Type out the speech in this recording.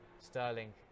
sterling